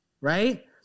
right